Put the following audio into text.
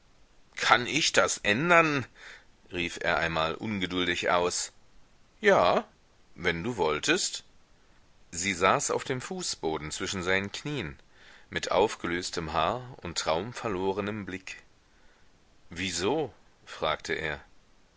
kann ich das ändern rief er einmal ungeduldig aus ja wenn du wolltest sie saß auf dem fußboden zwischen seinen knien mit aufgelöstem haar und traumverlorenem blick wieso fragte er